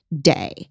day